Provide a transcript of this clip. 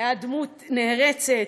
היה דמות נערצת,